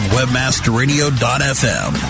WebmasterRadio.fm